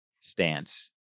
stance